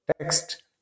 text